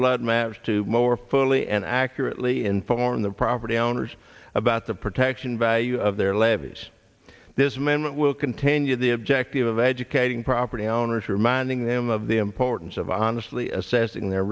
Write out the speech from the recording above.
flood maps to more fully and accurately inform the property owners about the protection value of their lives this man will continue the objective of educating property owners reminding them of the importance of honestly assessing their